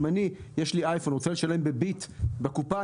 אם יש לי אייפון ואני רוצה לשלם ב"ביט" בקופה,